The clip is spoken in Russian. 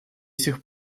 сих